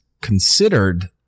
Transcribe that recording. considered